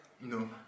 No